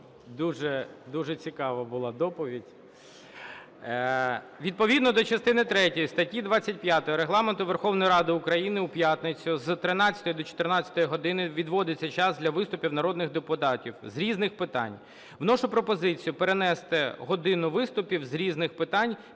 Дуже цікава була доповідь. Відповідно до частини третьої статті 25 Регламенту Верховної Ради України в п'ятницю з 13 до 14 години відводиться час для виступів народних депутатів з різних питань. Вношу пропозицію перенести годину виступів з різних питань